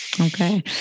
Okay